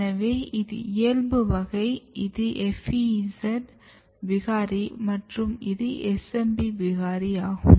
எனவே இது இயல்பு வகை இது FEZ விகாரி மற்றும் இது SMB விகாரி ஆகும்